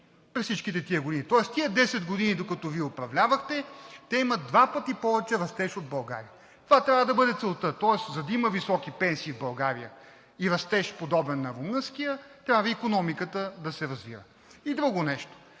всичките тези години, тоест тези 10 години, докато Вие управлявахте, те имат два пъти повече растеж от България. Това трябва да бъде целта, тоест, за да има високи пенсии в България и растеж подобен на румънския, трябва икономиката да се развива. Друго нещо.